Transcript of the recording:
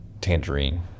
tangerine